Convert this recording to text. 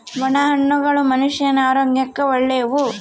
ಒಣ ಹಣ್ಣುಗಳು ಮನುಷ್ಯನ ಆರೋಗ್ಯಕ್ಕ ಒಳ್ಳೆವು